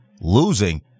losing